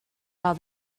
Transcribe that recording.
how